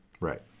Right